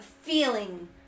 feeling